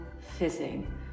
fizzing